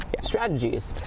Strategies